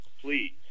Please